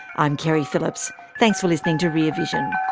i'm keri phillips. thanks for listening to rear vision